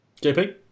JP